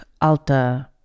Alta